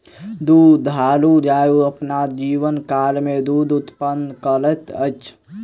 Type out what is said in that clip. दुधारू गाय अपन जीवनकाल मे दूध उत्पादन करैत अछि